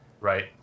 Right